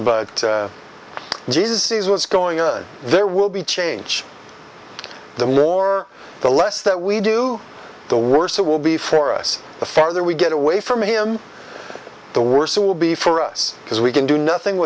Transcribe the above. but jesus sees what's going on there will be change the more the less that we do the worse it will be for us the farther we get away from him the worse it will be for us because we can do nothing